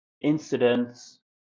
incidents